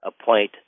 appoint